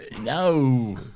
no